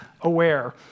aware